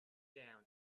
down